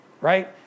right